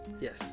Yes